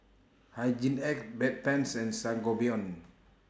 Hygin X Bedpans and Sangobion